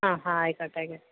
ആ ആ ആയിക്കോട്ടെ ആയിക്കോട്ടെ